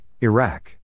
Iraq